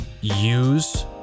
use